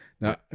now